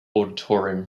auditorium